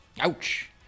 Ouch